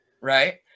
right